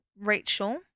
rachel